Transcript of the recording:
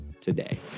today